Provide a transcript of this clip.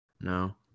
No